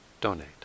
donate